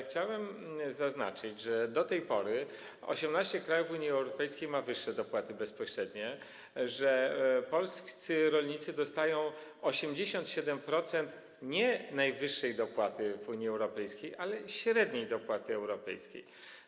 Chciałem zaznaczyć, że do tej pory 18 krajów Unii Europejskiej ma wyższe dopłaty bezpośrednie, że polscy rolnicy dostają 87% nie najwyższej dopłaty w Unii Europejskiej, ale średniej dopłaty europejskiej.